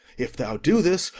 if thou do this,